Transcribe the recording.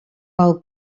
pel